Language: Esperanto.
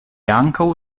ankaŭ